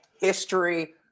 history